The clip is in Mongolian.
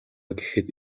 гэхэд